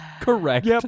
correct